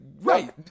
Right